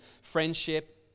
friendship